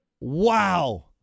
Wow